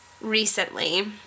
recently